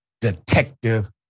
Detective